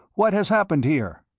what has happened here?